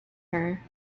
her